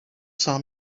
saw